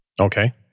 Okay